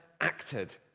acted